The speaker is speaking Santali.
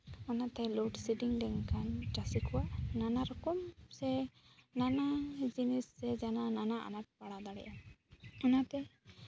ᱚᱱᱟᱛᱮ ᱞᱳᱰ ᱥᱮᱰᱤᱝ ᱞᱮᱱᱠᱷᱟᱱ ᱪᱟᱹᱥᱤ ᱠᱚ ᱱᱟᱱᱟ ᱨᱚᱠᱚᱢ ᱥᱮ ᱱᱟᱱᱟᱱ ᱡᱤᱱᱤᱥ ᱥᱮ ᱱᱟᱱᱟ ᱟᱱᱟᱴ ᱯᱟᱲᱟᱣ ᱫᱟᱲᱮᱭᱟᱜᱼᱟ ᱚᱱᱟᱛᱮ